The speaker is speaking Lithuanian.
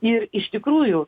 ir iš tikrųjų